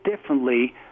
differently